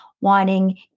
wanting